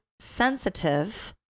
sensitive